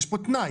יש פה תנאי,